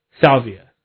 salvia